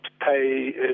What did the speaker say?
pay